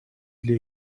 для